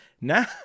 Now